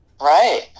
Right